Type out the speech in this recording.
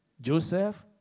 Joseph